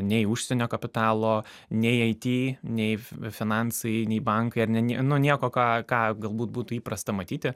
nei užsienio kapitalo nei it nei fi finansai nei bankai ar ne ne nu nieko ką ką galbūt būtų įprasta matyti